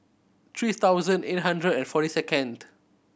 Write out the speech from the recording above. three thousand eight hundred and forty second